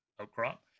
outcrop